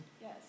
Yes